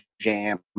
jam